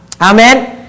amen